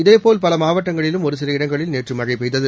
இதேபோல் பல மாவட்டங்களிலும் ஒரு சில இடங்களில் நேற்று மழை பெய்தது